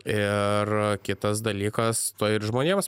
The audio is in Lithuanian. ir kitas dalykas tuoj ir žmonėms